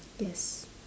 yes